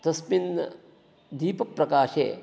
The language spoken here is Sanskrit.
तस्मिन् दीपप्रकाशे